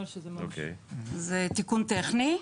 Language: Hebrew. זה תיקון טכני.